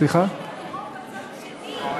בנית תהום בצד השני.